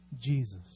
Jesus